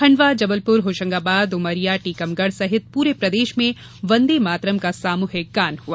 खंडवा जबलपुर होशंगाबाद उमरिया टीकमगढ सहित पूरे प्रदेश में वन्दे मातरम का सामूहिक गान हुआ